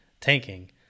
tanking